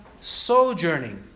sojourning